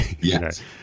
Yes